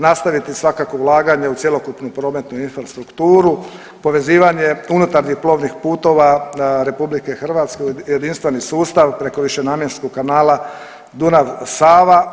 Nastaviti svakako ulaganje u cjelokupnu prometnu infrastrukturu, povezivanje unutarnjih plovnih putova Republike Hrvatske u jedinstveni sustav preko višenamjenskog kanala Dunav – Sava.